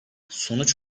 sonuç